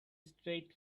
straight